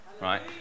Right